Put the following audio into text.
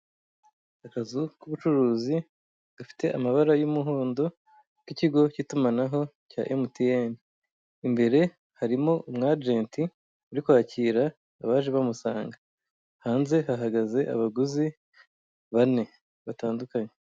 Akazu k'ubucuruzi gafite amabara y'umuhondo k'ikigo cy'itumanaho cya mtn, imbere harimo umu ajenti uri kwakira abaje bamusanga hanze hahagaze abaguzi bane batandukanye.